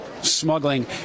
smuggling